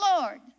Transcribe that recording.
Lord